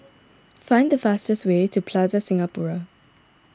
find the fastest way to Plaza Singapura